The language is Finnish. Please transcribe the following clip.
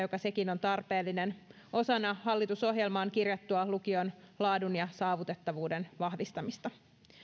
joka sekin on tarpeellinen osana hallitusohjelmaan kirjattua lukion laadun ja saavutettavuuden vahvistamista